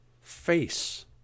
face